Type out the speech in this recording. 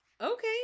Okay